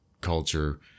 culture